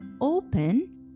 open